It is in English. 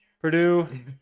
Purdue